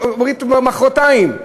מחרתיים.